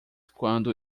quando